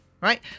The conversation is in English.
right